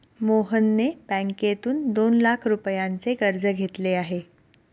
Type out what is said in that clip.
मोहनने बँकेतून दोन लाख रुपयांचे कर्ज घेतले आहे